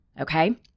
okay